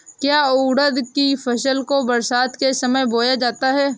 क्या उड़द की फसल को बरसात के समय बोया जाता है?